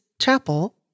chapel